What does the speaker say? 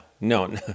no